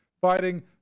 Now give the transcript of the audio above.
fighting